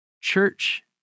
Church